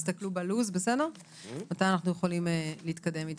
מתי אנחנו יכולים להתקדם.